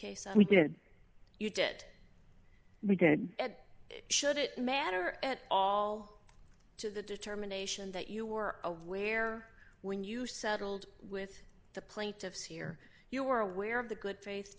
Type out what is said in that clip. case and we did you did we did should it matter at all to the determination that you were aware when you settled with the plaintiff here you were aware of the good fa